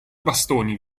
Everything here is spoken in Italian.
bastoni